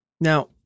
Now